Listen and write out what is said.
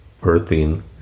birthing